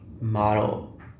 model